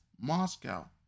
Moscow